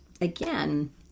again